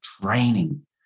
Training